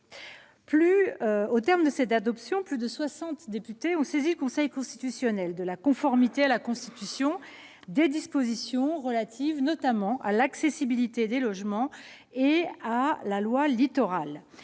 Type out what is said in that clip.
l'issue de ce vote, plus de soixante députés ont saisi le Conseil constitutionnel sur la conformité à la Constitution des dispositions relatives, notamment, à l'accessibilité des logements et à la loi Littoral.